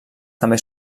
també